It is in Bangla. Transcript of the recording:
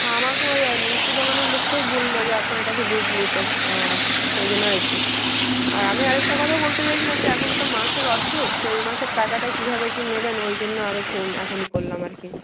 আমার মিষ্টি দোকানের লোকটাই বলল যে আপনার কাছে দুধ নিতে সেই জন্য আর কি আর আমি আর একটা কথা বলতে চাইছিলাম যে এখন তো মাসের অর্ধেক তো এই মাসের টাকাটা কীভাবে কী নেবেন ওই জন্য আরও ফোন এখনই করলাম আর কি